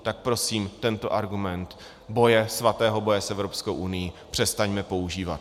Tak prosím tento argument svatého boje s Evropskou unií přestaňme používat.